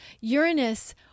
Uranus